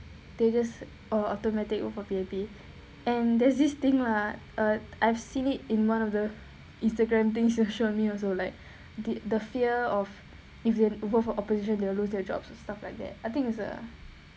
they just oh automatic over P_A_P and there's this thing lah err I've seen it in one of the Instagram thing social media also like the the fear of if you vote for opposition they will lose their jobs and stuff like that I think it's a